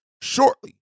shortly